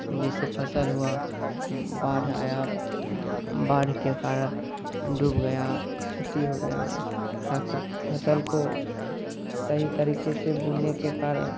जैसे फसल हुआ बाढ़ आया बाढ़ के कारण डूब गया क्षति हो गया ताकि फसल को सही तरीके से बोने के कारण